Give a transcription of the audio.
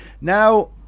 Now